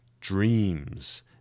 dreams